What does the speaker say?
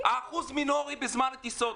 האחוז מינורי בזמן הטיסות.